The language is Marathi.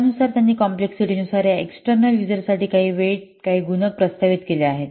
त्यानुसार त्यांनी कॉम्प्लेक्सिटीनुसार या एक्सटर्नल यूजरसाठी काही वजन काही गुणक प्रस्तावित केले आहेत